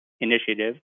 initiative